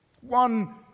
One